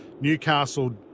Newcastle